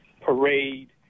parade